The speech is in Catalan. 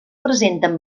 presenten